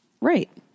Right